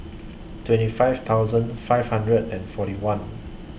twenty five thousand five hundred and forty one